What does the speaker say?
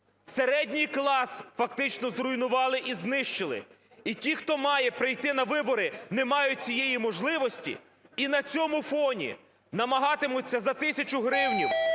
Середній клас фактично зруйнували і знищили. І ті, хто має прийти на вибори, не мають цієї можливості і на цьому фоні намагатимуться за тисячу гривень